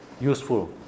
useful